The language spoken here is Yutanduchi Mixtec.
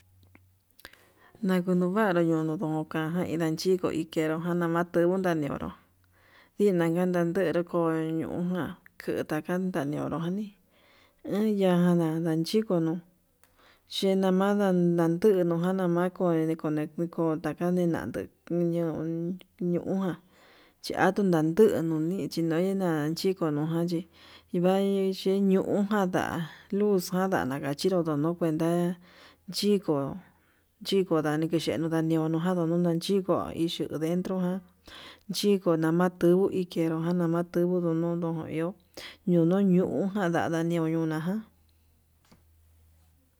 Nakuñuvanru ñoo kajan indachiko nikeru jan nama kuten nañiuru ndinan ka'a nandero koi ñujan, keto kanda ñiunro yoni inda nda jandachiko nuu chenamada, ndatunujan ke ndamakui koneteka nenatuu kuñon ñuján chia atuu nanduu nunichi nui nena xhiko no'o nachi chiva'i xheniujan nda luz jan ndanakachinru nono kuenta xhiko, xhiko kukani kuxhenu ñononjan nuu ñuña xhinguo axhi ndentro ján xhiku nama tungu nichenro ján nama tundungu ike ndio ihó, ñonodujan nda'a ñiu nuna ján.